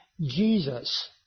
Jesus